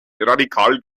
radikal